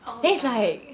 oh ya